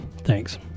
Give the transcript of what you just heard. Thanks